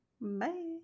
Bye